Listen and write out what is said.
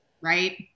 right